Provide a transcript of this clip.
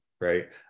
Right